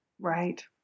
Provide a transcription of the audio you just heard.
Right